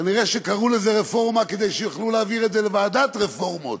אני מניח שקראו לזה רפורמה כדי שיוכלו להעביר את זה לוועדת רפורמות